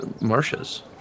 Marcia's